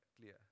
clear